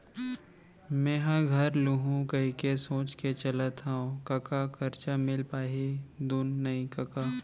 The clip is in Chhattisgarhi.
मेंहा घर लुहूं कहिके सोच के चलत हँव कका करजा मिल पाही धुन नइ कका